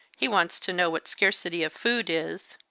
he wants to know what scarcity of food is!